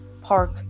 Park